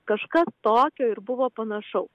kažkas tokio ir buvo panašaus